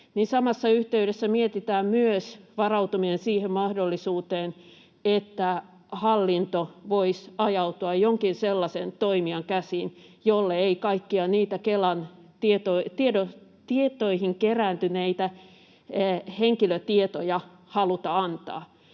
samassa yhteydessä mietitään myös varautuminen siihen mahdollisuuteen, että hallinto voisi ajautua jonkin sellaisen toimijan käsiin, jolle ei kaikkia niitä Kelan tietoihin kerääntyneitä henkilötietoja haluta antaa.